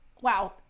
wow